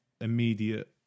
immediate